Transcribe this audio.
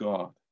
God